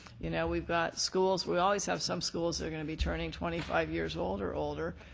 you know we've got schools we always have some schools that are going to be turning twenty five years old or older.